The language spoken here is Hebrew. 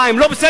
מה, הם לא בסדר?